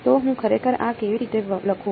તો હું ખરેખર આ કેવી રીતે લખું